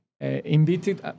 Invited